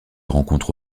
rencontre